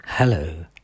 Hello